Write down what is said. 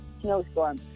snowstorm